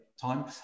time